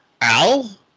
Al